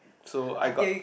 so I got